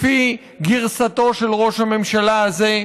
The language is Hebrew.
לפי גרסתו של ראש הממשלה הזה.